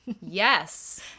Yes